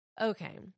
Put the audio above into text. Okay